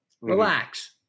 relax